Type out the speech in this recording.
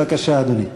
בבקשה, אדוני.